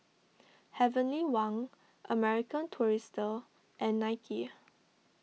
Heavenly Wang American Tourister and Nike